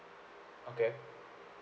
okay